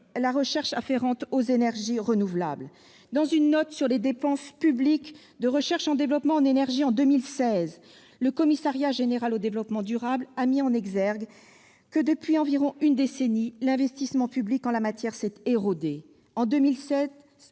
la recherche afférente aux énergies renouvelables. Dans une note sur les dépenses publiques de recherche et développement en énergie en 2016, le Commissariat général au développement durable a mis en exergue que, depuis environ une décennie, l'investissement public en la matière s'est érodé. En 2016,